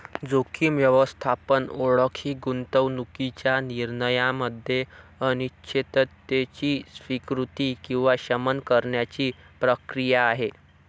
जोखीम व्यवस्थापन ओळख ही गुंतवणूकीच्या निर्णयामध्ये अनिश्चिततेची स्वीकृती किंवा शमन करण्याची प्रक्रिया आहे